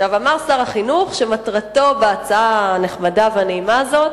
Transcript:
אמר שר החינוך שמטרתו בהצעה הנחמדה והנעימה הזאת